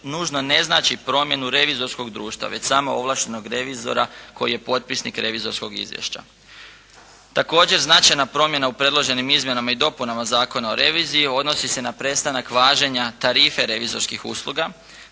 nužno ne znači promjenu revizorskog društva već samo ovlaštenog revizora koji je potpisnik revizorskog izvješća. Također značajna promjena u predloženim izmjenama i dopunama Zakona o reviziji, odnosi se na prestanak važenja tarife revizorskih usluga